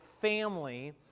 family